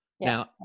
Now